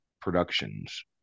Productions